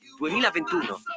2021